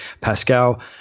Pascal